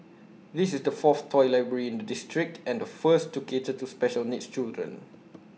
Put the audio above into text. this is the fourth toy library in the district and the first to cater to special needs children